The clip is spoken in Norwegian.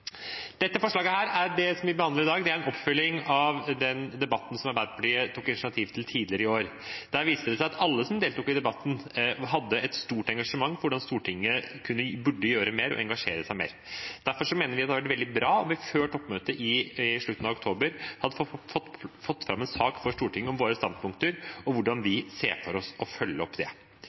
Dette forslaget som vi behandler i dag, er en oppfølging av den debatten som Arbeiderpartiet tok initiativ til tidligere i år. Der viste det seg at alle som deltok i debatten, hadde et stort engasjement for hvordan Stortinget burde gjøre mer og engasjere seg mer. Derfor mener vi det ville vært veldig bra om vi før toppmøtet i slutten av oktober hadde fått fram en sak for Stortinget om våre standpunkter og hvordan vi ser for oss å følge opp det.